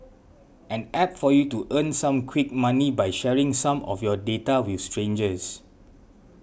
an App for you to earn some quick money by sharing some of your data with strangers